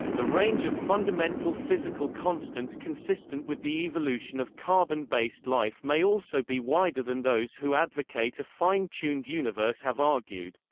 the range of fundamental physical constants consistent with the evolution of carbon-based life may also be wider than those who advocate a fine tuned universe have argued.